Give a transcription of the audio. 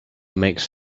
makes